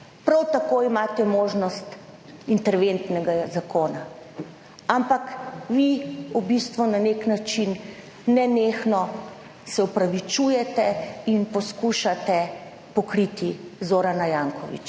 prav tako imate možnost interventnega zakona, ampak, vi v bistvu na nek način nenehno se opravičujete in poskušate pokriti Zorana Jankovića.